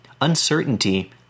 uncertainty